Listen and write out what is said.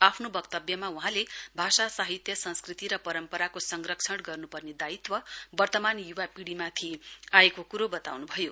आफ्नो वक्तव्यमा वहाँले भाषा साहित्य संस्कृति र परम्पराको संरक्षण गर्नुपर्ने दायित्व वर्तमान युवा पिढ़ीमाथि आएको कुरो बताउनुभयो